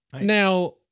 now